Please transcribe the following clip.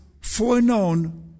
foreknown